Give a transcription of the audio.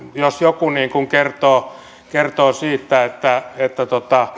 jos joku kertoo kertoo siitä että